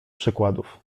przykładów